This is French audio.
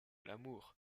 l’amour